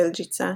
בלז'יצה,